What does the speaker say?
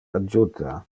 adjuta